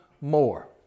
more